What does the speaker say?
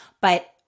but-